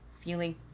feeling